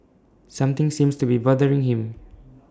something seems to be bothering him